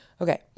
Okay